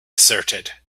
asserted